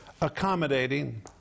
accommodating